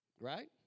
Right